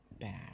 bad